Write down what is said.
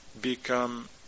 become